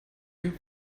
you